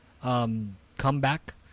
Comeback